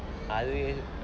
அது:athu